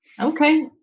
Okay